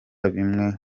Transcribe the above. bimwe